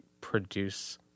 produce